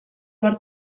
per